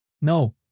No